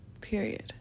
Period